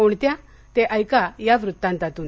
कोणत्या ते ऐका या वृत्तांतातून